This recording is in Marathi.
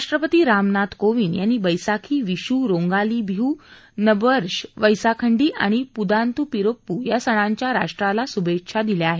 राष्ट्रपती रामनाथ कोविंद यांनी बैसाखी विशू रोंगाली बिहू नबबर्ष वैंसाखडी आणि पुथांदू पिरप्पू या सणाच्या राष्ट्राला शुभेच्छा दिल्या आहेत